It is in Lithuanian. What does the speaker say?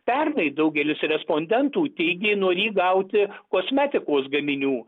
pernai daugelis respondentų teigė norį gauti kosmetikos gaminių